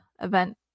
event